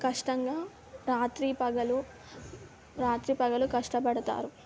కష్టంగా రాత్రీ పగలు రాత్రి పగలు కష్టపడతారు